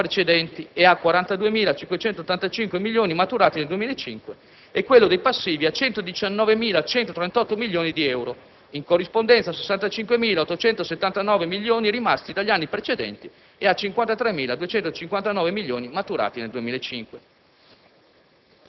dagli anni precedenti e a 42.585 milioni maturati nel 2005, e quello dei passivi a 119.138 milioni di euro, in corrispondenza a 65.879 milioni rimasti dagli anni precedenti e a 53.259 milioni maturati nel 2005.